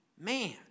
man